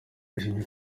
yashimiye